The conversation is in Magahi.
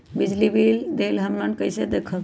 बिजली बिल देल हमन कईसे देखब?